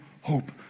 hope